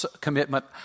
commitment